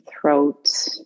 throat